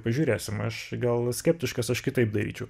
pažiūrėsim aš gal skeptiškas aš kitaip daryčiau